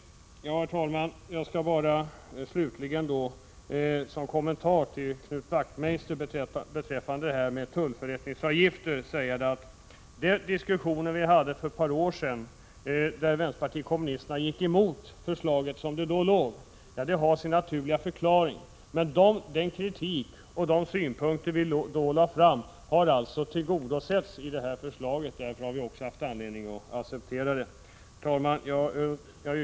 Herr talman! Slutligen vill jag kort kommentera vad Knut Wachtmeister sade beträffande tullförrättningsavgifter. För ett par år sedan gick vänsterpartiet kommunisterna emot det förslaget, som det då låg. Men de synpunkter vi då förde fram har tillgodosetts i det nu föreliggande förslaget, och därför har vi också haft anledning att acceptera det. Herr talman!